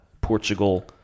Portugal